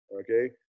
okay